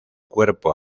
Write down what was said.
cuerpo